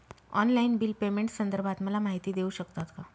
Online bill पेमेंटसंदर्भात मला माहिती देऊ शकतात का?